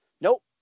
nope